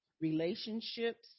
relationships